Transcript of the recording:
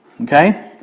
okay